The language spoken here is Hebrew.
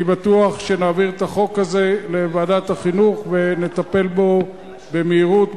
אני בטוח שנעביר את החוק הזה לוועדת החינוך ונטפל בו במהירות,